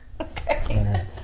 Okay